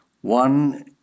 One